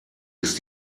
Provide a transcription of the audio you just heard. ist